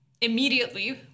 Immediately